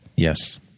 Yes